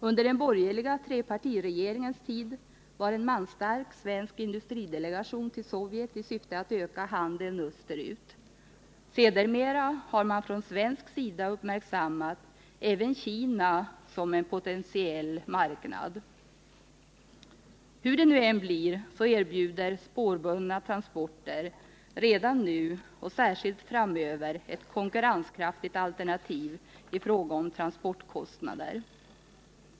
Under den borgerliga trepartiregeringens tid for en manstark industridelegation över till Sovjet i syfte att öka handeln österut. Sedermera har man på svenskt håll uppmärksammat även Kina som en potentiell marknad. Hur det än blir, erbjuder spårbundna transporter redan nu och särskilt framöver ett konkurrenskraftigt alternativ i fråga om transportkostnader.